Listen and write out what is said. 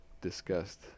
discussed